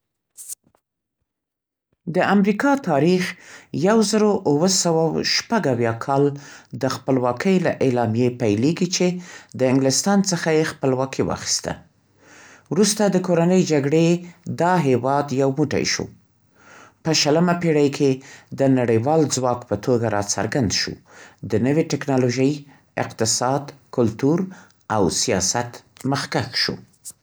د امریکا تاریخ د یوزرو اوه سوه او شپږاویا کال د خپلواکۍ له اعلامیې پیلېږي، چې د انګلستان څخه یې خپلواکي واخیسته. وروسته د کورنۍ جګړې دا هېواد یو موټی شو. په شلمه پېړۍ کې د نړیوال ځواک په توګه راڅرګند شو، د نوې تکنالوژۍ، اقتصاد، کلتور او سیاست مخکښ شو.